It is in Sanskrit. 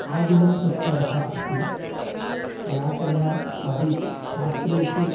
आदिनं तत्परः अस्ति व्याकरण आदिशास्त्रेषु